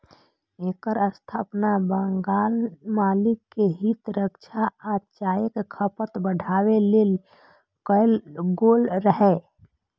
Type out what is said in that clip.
एकर स्थापना बगान मालिक के हित रक्षा आ चायक खपत बढ़ाबै लेल कैल गेल रहै